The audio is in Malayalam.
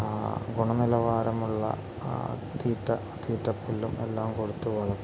ഗുണനിലവാരമുള്ള തീറ്റ തീറ്റപ്പുല്ലും എല്ലാം കൊടുത്ത് വളർത്തി